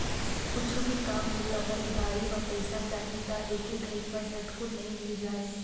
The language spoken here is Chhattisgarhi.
कुछु भी काम बूता बर उधारी म पइसा चाही त एके घइत म झटकुन नइ मिल जाय